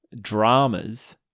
dramas